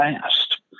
fast